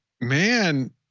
man